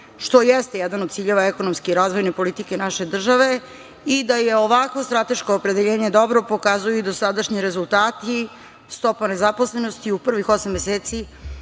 što jeste jedan od ciljeva ekonomski razvojne politike naše države. Da je ovakvo strateško opredeljenje dobro, pokazuju i dosadašnji rezultati. Stopa nezaposlenosti je u privih osam meseci